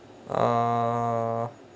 uh